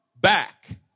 back